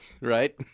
right